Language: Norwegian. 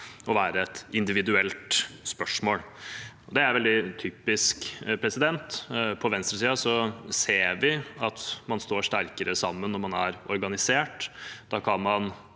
å være et individuelt spørsmål. Det er veldig typisk. På venstresiden ser vi at man står sterkere sammen når man er organisert. Da kan man